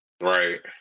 Right